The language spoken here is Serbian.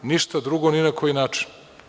Ništa drugo ni na koji način.